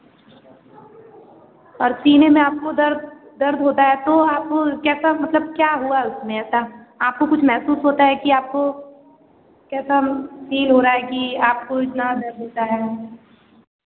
और सीने में आपको दर्द दर्द होता है तो आप कैसा मतलब क्या हुआ उसमें ऐसा आपको कुछ महसूस होता है कि आपको कैसा फील हो रहा है कि आपको इतना दर्द होता है